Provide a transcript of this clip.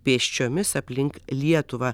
pėsčiomis aplink lietuvą